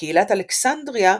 בקהילת אלכסנדריה,